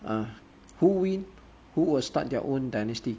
err who win who will start their own dynasty